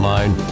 Line